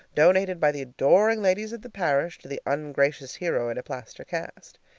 donated by the adoring ladies of the parish to the ungracious hero in a plaster cast.